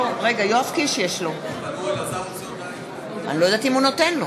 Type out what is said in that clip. רכבת ישראל מיישובי הדרום לתל אביב.